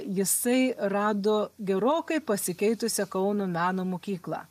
jisai rado gerokai pasikeitusią kauno meno mokyklą